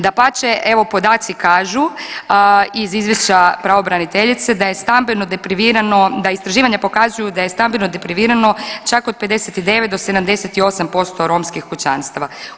Dapače, evo podaci kažu iz izvješća pravobraniteljice da je stambeno deprivirano, da istraživanja pokazuju da je stambeno deprivirano čak od 59 do 78% romskih kućanstava.